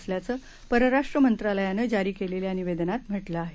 असल्याचं परराष्ट्र मंत्रालयानं जारी केलेल्या निवेदनांत म्हटलं आहे